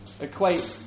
Equate